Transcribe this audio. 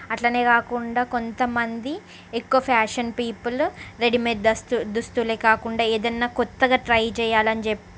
అలానే కాకుండా కొంతమంది ఎక్కువ ఫ్యాషన్ పీపుల్ రెడిమేట్ దస్తు దుస్తులే కాకుండా ఏదయినా కొత్తగా ట్రై చేయాలని చె